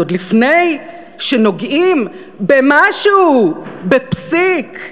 אז עוד לפני שנוגעים במשהו, בפסיק,